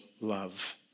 love